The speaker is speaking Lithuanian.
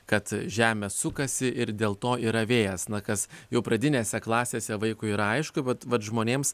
kad žemė sukasi ir dėl to yra vėjas na kas jau pradinėse klasėse vaikui ir aišku vat vat žmonėms